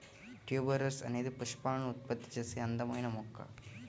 tuberose అనేది పుష్పాలను ఉత్పత్తి చేసే అందమైన మొక్క